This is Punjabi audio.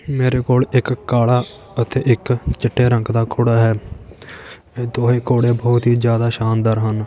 ਮੇਰੇ ਕੋਲ ਇੱਕ ਕਾਲਾ ਅਤੇ ਇੱਕ ਚਿੱਟੇ ਰੰਗ ਦਾ ਘੋੜਾ ਹੈ ਦੋਹੇਂ ਘੋੜੇ ਬਹੁਤ ਹੀ ਜ਼ਿਆਦਾ ਸ਼ਾਨਦਾਰ ਹਨ